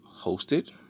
hosted